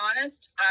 honest